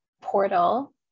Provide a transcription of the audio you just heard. portal